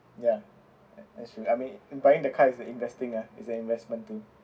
ya that that's true I mean in buying the car is the investing ah is an investment too